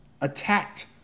attacked